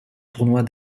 tournoi